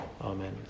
Amen